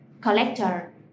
collector